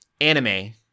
anime